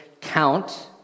count